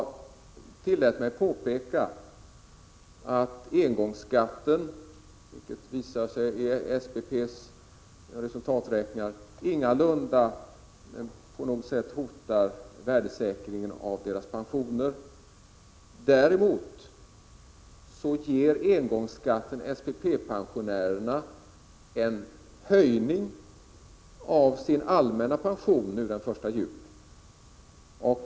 Jag tillät mig påpeka att engångsskatten, vilket visar sig i SPP:s resultaträkningar, inte på något sätt hotar värdesäkringen av bolagets pensioner. Däremot ger engångsskatten SPP-pensionärerna en höjning av deras allmänna pension den 1 juli i år.